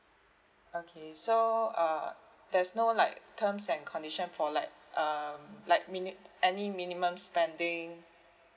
okay so uh there's no like terms and condition for like um like mini~ any minimum spending